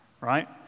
right